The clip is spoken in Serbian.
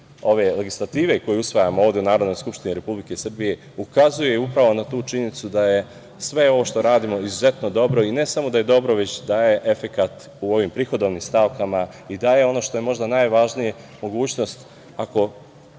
ove legislative koju usvajamo ovde u Narodnoj skupštini Republike Srbije ukazuje upravo na tu činjenicu da je sve ovo što radimo izuzetno dobro i ne samo da je dobro već daje efekat u ovim prihodovnim stavkama. Daje ono što je možda najvažnije, mogućnost, ako